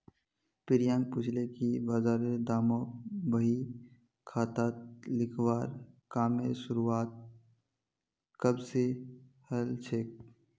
प्रियांक पूछले कि बजारेर दामक बही खातात लिखवार कामेर शुरुआत कब स हलछेक